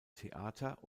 theater